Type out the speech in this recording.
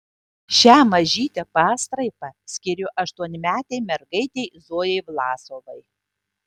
šią mažytę pastraipą skiriu aštuonmetei mergaitei zojai vlasovai